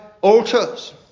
altars